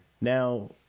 now